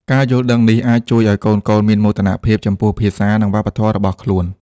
ការយល់ដឹងនេះអាចជួយឱ្យកូនៗមានមោទនភាពចំពោះភាសា និងវប្បធម៌របស់ខ្លួន។